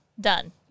done